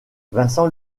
vincent